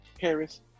Harris